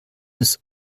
des